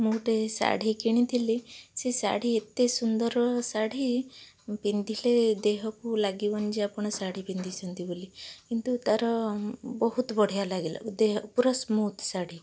ମୁଁ ଗୋଟେ ଶାଢ଼ୀ କିଣିଥିଲି ସେ ଶାଢ଼ୀ ଏତେ ସୁନ୍ଦରଶାଢ଼ୀ ପିନ୍ଧିଲେ ଦେହକୁ ଲାଗିବନି ଯେ ଆପଣ ଶାଢ଼ୀ ପିନ୍ଧିଛନ୍ତି ବୋଲି କିନ୍ତୁ ତାର ବହୁତ ବଢ଼ିଆ ଲାଗିଲା ଦେହପୂରା ସ୍ମୁଥ ଶାଢ଼ୀ